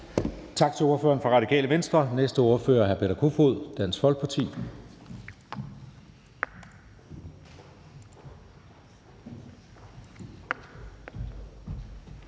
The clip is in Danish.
Tak til ordføreren for Radikale Venstre. Næste ordfører er hr. Peter Kofod, Dansk Folkeparti.